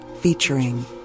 featuring